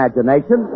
imagination